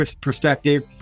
perspective